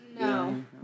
No